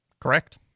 Correct